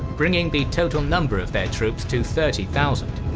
bringing the total number of their troops to thirty thousand.